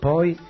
Poi